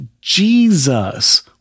Jesus